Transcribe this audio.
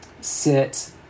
sit